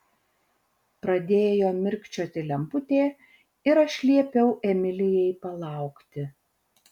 pradėjo mirkčioti lemputė ir aš liepiau emilijai palaukti